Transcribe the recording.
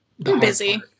busy